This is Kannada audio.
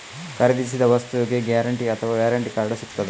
ಖರೀದಿಸಿದ ವಸ್ತುಗೆ ಗ್ಯಾರಂಟಿ ಅಥವಾ ವ್ಯಾರಂಟಿ ಕಾರ್ಡ್ ಸಿಕ್ತಾದ?